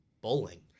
bowling